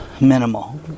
minimal